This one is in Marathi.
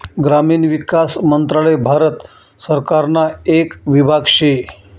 ग्रामीण विकास मंत्रालय भारत सरकारना येक विभाग शे